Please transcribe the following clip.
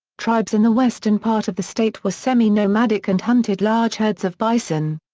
tribes in the western part of the state were semi-nomadic and hunted large herds of bison.